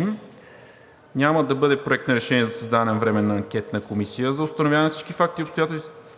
и няма да бъде: Проект на решение за създаване на Временна анкетна комисия за установяване на всички факти и